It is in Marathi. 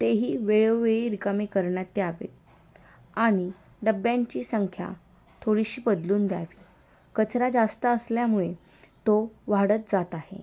तेही वेळॊवेळी रिकामे करण्यात यावे आणि डब्ब्यांची संख्या थोडीशी बदलून द्यावी कचरा जास्त असल्यामुळे तो वाढत जात आहे